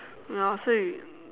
ya so it